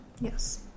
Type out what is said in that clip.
Yes